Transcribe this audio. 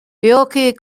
yorke